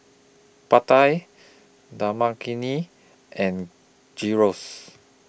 Pad Thai Dal Makhani and Gyros